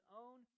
own